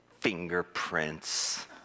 fingerprints